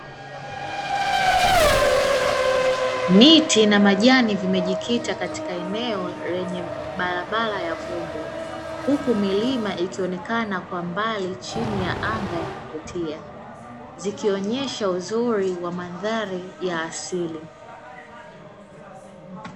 Miti na majani vimejikita katika eneo lenye barabara ya vumbi. Huku milima ikionekana kwa mbali chini ya anga ya kuvutia, zikionyesha uzuri wa mandhari ya asili.